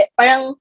parang